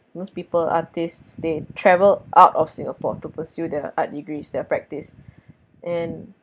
most people artists they travel out of singapore to pursue their art degrees their practice and